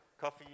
Coffee